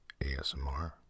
ASMR